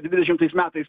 dvidešimtais metais